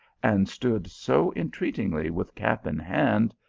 and stood so entreatingly with cap in hand,